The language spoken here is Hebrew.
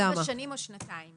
ארבע שנים או שנתיים.